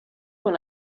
con